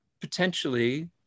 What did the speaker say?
Potentially